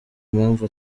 impamvu